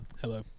Hello